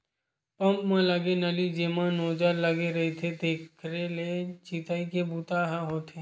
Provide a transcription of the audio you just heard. pump म लगे नली जेमा नोजल लगे रहिथे तेखरे ले छितई के बूता ह होथे